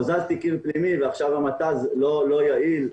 הזזתי קיר פנימי ועכשיו המתז לא יעיל.